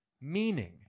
Meaning